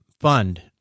fund